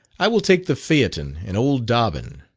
i will take the phaeton and old dobbin.